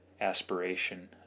aspiration